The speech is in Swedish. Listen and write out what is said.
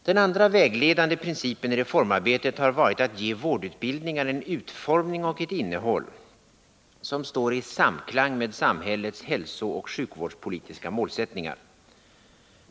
Den andra vägledande principen i reformarbetet har varit att ge vårdutbildningarna en utformning och ett innehåll som står i samklang med samhällets hälsooch sjukvårdspolitiska målsättningar.